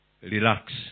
Relax